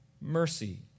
mercy